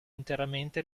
interamente